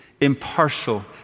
Impartial